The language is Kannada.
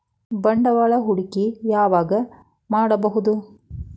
ಬಂಡವಾಳ ಹೂಡಕಿ ಯಾವಾಗ್ ಮಾಡ್ಬಹುದು?